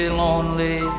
lonely